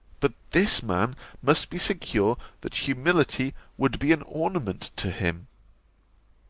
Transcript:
but this man must be secure that humility would be an ornament to him